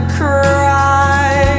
cry